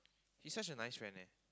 he's such a nice friend eh